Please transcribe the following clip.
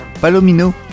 Palomino